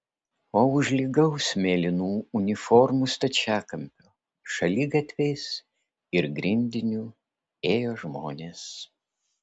o už lygaus mėlynų uniformų stačiakampio šaligatviais ir grindiniu ėjo žmonės